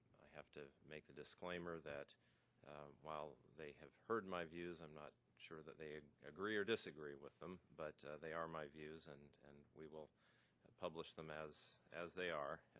have to make the disclaimer that while they have heard my views, i'm not sure that they agree or disagree with them. but they are my views and and we will publish them as as they are,